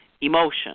emotion